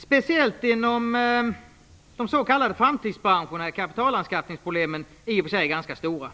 Speciellt inom de s.k. framtidsbranscherna är kapitalanskaffningsproblemen i och för sig ganska stora.